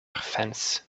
fence